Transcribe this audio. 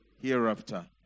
Hereafter